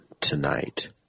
tonight